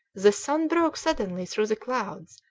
the sun broke suddenly through the clouds,